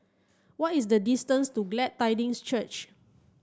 what is the distance to Glad Tidings Church